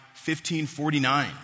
1549